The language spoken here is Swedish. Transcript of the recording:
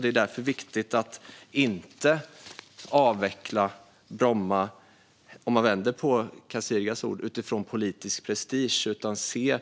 Det är därför viktigt att inte avveckla Bromma utifrån politisk prestige, för att använda Kasirgas ord, utan se